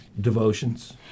devotions